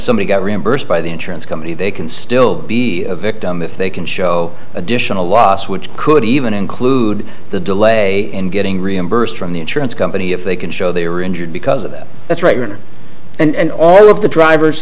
somebody got reimbursed by the insurance company they can still be a victim if they can show additional loss which could even include the delay in getting reimbursed from the insurance company if they can show they were injured because of that that's right and all of the drivers